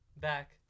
back